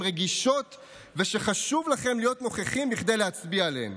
רגישות ושחשוב לכם להיות נוכחים כדי להצביע עליהן.